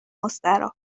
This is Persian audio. مستراح